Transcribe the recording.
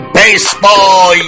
baseball